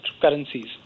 currencies